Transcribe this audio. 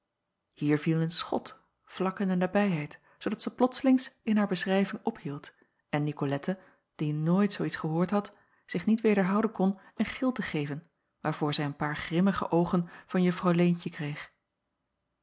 viel een schot vlak in de nabijheid zoodat zij plotslings in haar beschrijving ophield en nicolette die nooit zoo iets gehoord had zich niet wederhouden kon een gil te geven waarvoor zij een paar grimmige oogen van juffrouw leentje kreeg